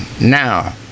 Now